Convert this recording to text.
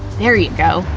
there ya go!